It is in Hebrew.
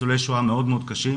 ניצולי שואה מאוד קשים.